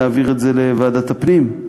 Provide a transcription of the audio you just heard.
להעביר את זה לוועדת הפנים?